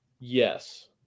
Yes